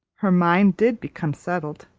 her mind did become settled,